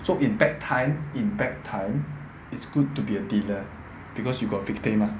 so in back time in back time it's good to be a dealer because you got fixed pay mah